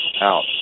Out